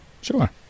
Sure